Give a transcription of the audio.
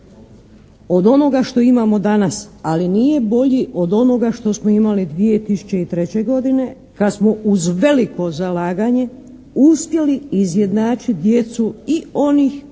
Od onoga što imamo danas, ali nije bolji od onoga što smo imali 2003. godine kad smo uz veliko zalaganje uspjeli izjednačiti djecu i onih koji